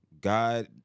God